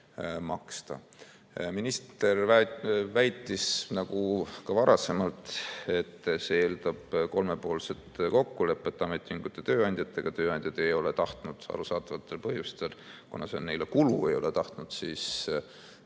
maksta. Minister väitis, nagu ka varasemalt, et see eeldab kolmepoolset kokkulepet ametiühingute ja tööandjatega. Tööandjad ei ole tahtnud arusaadavatel põhjustel, kuna see on neile kulu, seda täiendavat